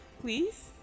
Please